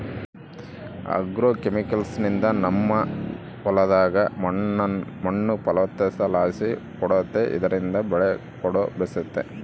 ಆಗ್ರೋಕೆಮಿಕಲ್ಸ್ನಿಂದ ನಮ್ಮ ಹೊಲದಾಗ ಮಣ್ಣು ಫಲವತ್ತತೆಲಾಸಿ ಕೂಡೆತೆ ಇದ್ರಿಂದ ಬೆಲೆಕೂಡ ಬೇಸೆತೆ